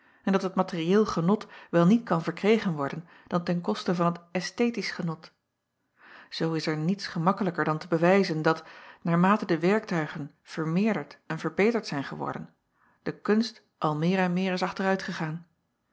en dat het materiëel genot wel niet kan verkregen worden dan ten koste van het esthetisch genot oo is er niets gemakkelijker dan te bewijzen dat naarmate de werktuigen vermeerderd en verbeterd zijn geworden de kunst al meer en meer is